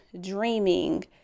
dreaming